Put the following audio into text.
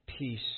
peace